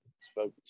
spoke